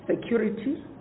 security